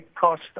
cost